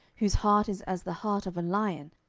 whose heart is as the heart of a lion,